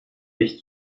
dich